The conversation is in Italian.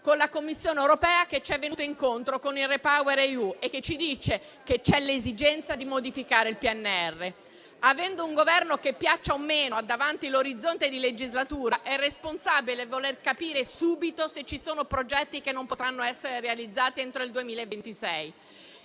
con la Commissione europea che ci è venuta incontro con il RepowerEU e che ci dice che c'è l'esigenza di modificare il PNRR. Avendo un Governo che, piaccia o meno, ha davanti l'orizzonte di una legislatura, è responsabile voler capire subito se ci sono progetti che non potranno essere realizzati entro il 2026.